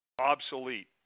obsolete